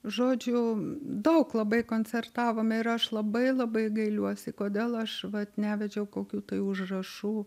žodžiu daug labai koncertavome ir aš labai labai gailiuosi kodėl aš vat nevedžiau kokių tai užrašų